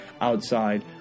outside